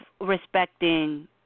respecting